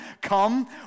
come